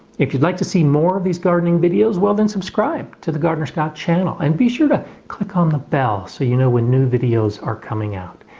if you'd like to see more of these gardening videos, well, then subscribe to the gardener scott channel and be sure to click on the bell so you know when new videos are coming out.